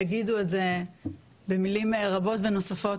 הם יגידו את זה במילים רבות ונוספות.